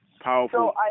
Powerful